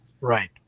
Right